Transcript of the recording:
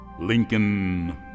Lincoln